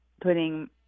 putting